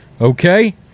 Okay